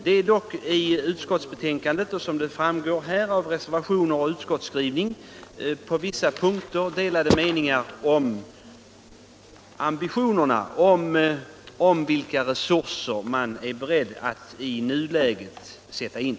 Som framgår av utskottets skrivning samt reservationerna finns det dock på vissa punkter delade meningar om vilka resurser som man är beredd att i nuläget sätta in.